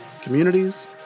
communities